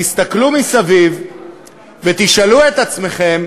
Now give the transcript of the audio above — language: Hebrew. תסתכלו מסביב ותשאלו את עצמכם